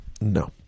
No